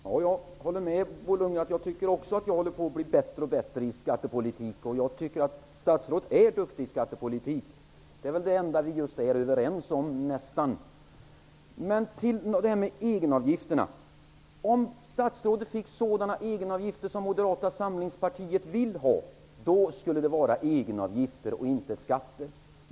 Herr talman! Jag håller med Bo Lundgren om att jag håller på att bli bättre i skattepolitiken. Jag tycker också att statsrådet är bra på skattepolitik. Det är väl nästan det enda som vi är överens om. Om statsrådet fick sådana avgifter som Moderata samlingspartiet vill ha, skulle det vara egenavgifter, inte skatter.